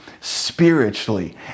spiritually